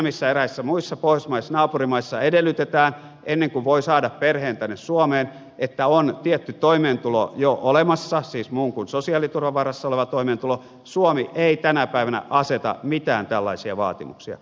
kun eräissä muissa pohjoismaissa naapurimaissa edellytetään ennen kuin voi saada perheen tänne suomeen että on tietty toimeentulo jo olemassa siis muu kuin sosiaaliturvan varassa oleva toimeentulo suomi ei tänä päivänä aseta mitään tällaisia vaatimuksia